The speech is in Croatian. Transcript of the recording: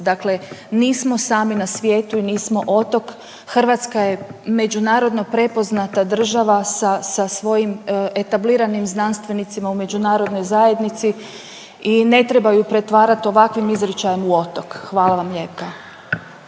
Dakle, nismo sami na svijetu i nismo otok. Hrvatska je međunarodno prepoznata država sa svojim etabliranim znanstvenicima u međunarodnoj zajednici i ne treba je pretvarati ovakvim izričajem u otok. Hvala vam lijepa.